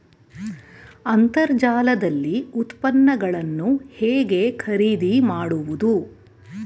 ಅಂತರ್ಜಾಲದಲ್ಲಿ ಉತ್ಪನ್ನಗಳನ್ನು ಹೇಗೆ ಖರೀದಿ ಮಾಡುವುದು?